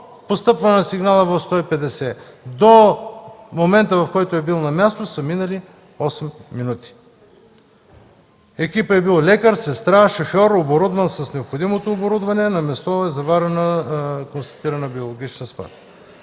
постъпване на сигнала на тел.150, до момента, в който е бил на място, са минали 8 минути. Екипът е бил лекар, сестра, шофьор и с необходимото оборудване. На място е констатирана биологична смърт.